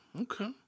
okay